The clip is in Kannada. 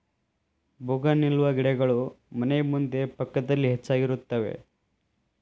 ಬೋಗನ್ವಿಲ್ಲಾ ಗಿಡಗಳನ್ನಾ ಮನೆ ಮುಂದೆ ಪಕ್ಕದಲ್ಲಿ ಹೆಚ್ಚಾಗಿರುತ್ತವೆ